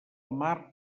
mar